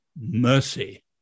mercy